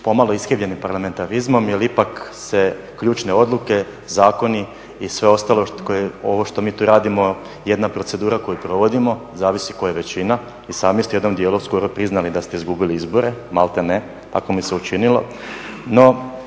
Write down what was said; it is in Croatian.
pomalo iskrivljenim parlamentarizmom, jer ipak se ključne odluke, zakoni i sve ostalo koje, ovo što mi tu radimo jedna procedura koju provodimo zavisi tko je većina. I sami ste u jednom dijelu skoro priznali da ste izgubili izbore, maltene, tako mi se učinilo.